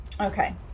Okay